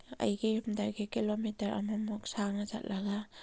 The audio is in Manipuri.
ꯑꯩꯒꯤ ꯌꯨꯝꯗꯒꯤ ꯀꯤꯂꯣꯃꯤꯇꯔ ꯑꯃꯃꯨꯛ ꯁꯥꯡꯅ ꯆꯠꯂꯒ